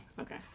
okay